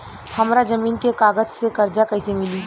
हमरा जमीन के कागज से कर्जा कैसे मिली?